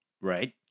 Right